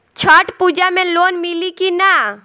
छठ पूजा मे लोन मिली की ना?